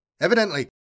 Evidently